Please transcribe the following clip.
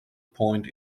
point